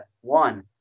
one